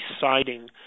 siding